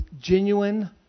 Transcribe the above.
genuine